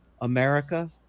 America